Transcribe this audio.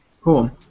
Cool